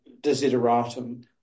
desideratum